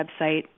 website